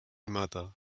mother